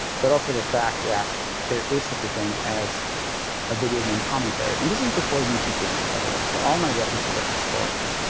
but also the fact that there is such a thing as a video game commentary. and this is before youtube gaming, by the way. so all my references are historical.